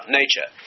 nature